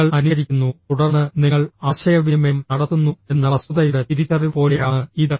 നിങ്ങൾ അനുകരിക്കുന്നു തുടർന്ന് നിങ്ങൾ ആശയവിനിമയം നടത്തുന്നു എന്ന വസ്തുതയുടെ തിരിച്ചറിവ് പോലെയാണ് ഇത്